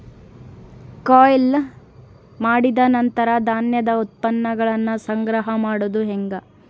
ಕೊಯ್ಲು ಮಾಡಿದ ನಂತರ ಧಾನ್ಯದ ಉತ್ಪನ್ನಗಳನ್ನ ಸಂಗ್ರಹ ಮಾಡೋದು ಹೆಂಗ?